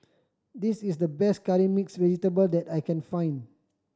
this is the best Curry Mixed Vegetable that I can find